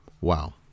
wow